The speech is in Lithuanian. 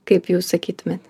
kaip jūs sakytumėt